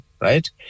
Right